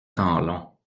temps